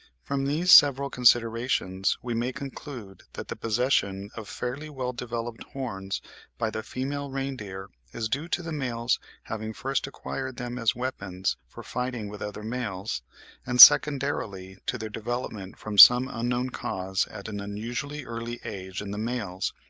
from these several considerations we may conclude that the possession of fairly well-developed horns by the female reindeer, is due to the males having first acquired them as weapons for fighting with other males and secondarily to their development from some unknown cause at an unusually early age in the males,